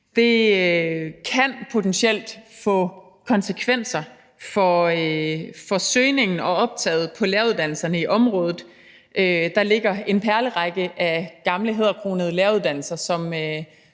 Det kan potentielt få konsekvenser for søgningen og optaget på læreruddannelserne i området. Der ligger en perlerække af gamle hæderkronede læreruddannelser,